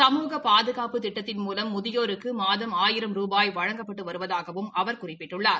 சமூக பாதுகாப்பு திட்டத்தின் மூலம் முதியோருக்கு மாதம் ஆயிரம் ரூபாய் வழங்கப்பட்டு வருவதாகவும் அவர் குறிப்பிட்டுள்ளார்